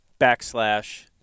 backslash